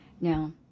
now